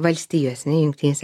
valstijose ane jungtinėse